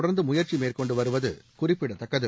தொடர்ந்து முய ற்சி மேற் கொண்டு வருவது குறிப்பிடத்தக்கது